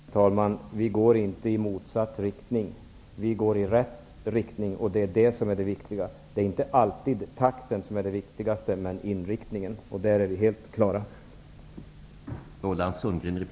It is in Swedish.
Herr talman! Det kanske mest beklagliga är att Roland Lében tror att man går i rätt riktning. Det är det som bekymrar mig allra mest.